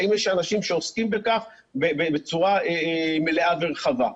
האם יש אנשים שעוסקים בכך בצורה מלאה ורחבה?